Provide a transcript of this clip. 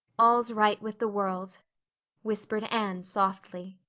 all's right with the world whispered anne softly.